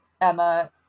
Emma